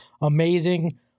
amazing